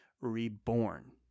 Reborn